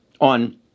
on